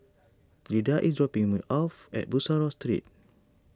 Glinda is dropping me off at Bussorah Street